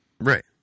Right